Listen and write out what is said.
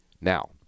Now